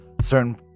certain